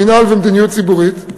מינהל ומדיניות ציבורית.